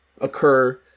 occur